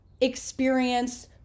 experience